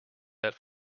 that